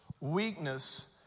weakness